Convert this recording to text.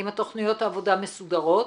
אם תכניות העבודה מסודרות.